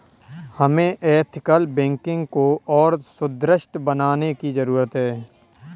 हमें ethical banking को और सुदृढ़ बनाने की जरूरत है